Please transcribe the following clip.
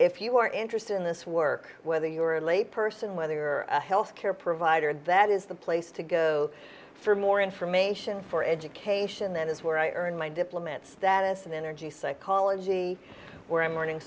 if you're interested in this work whether you're a lay person whether you're a health care provider that is the place to go for more information for education that is where i earn my diplomat status and energy psychology or i'm learning